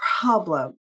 problem